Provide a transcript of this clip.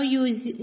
use